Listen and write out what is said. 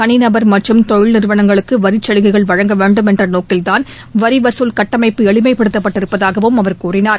தனிநபர் மற்றும் தொழில் நிறுவனங்களுக்கு வரிச் சலுகைகள் வழங்க வேண்டும் என்ற நோக்கில்தான் வரிவசூல் கட்டமைப்பு எளிமைப்படுத்தப்பட்டு இருப்பதாகவும் அவர் கூறினார்